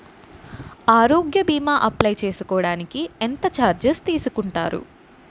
ఆరోగ్య భీమా అప్లయ్ చేసుకోడానికి ఎంత చార్జెస్ తీసుకుంటారు?